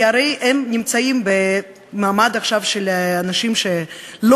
כי הרי הם נמצאים עכשיו במעמד של אנשים שלא